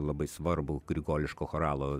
labai svarbų grigališko choralo